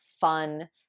fun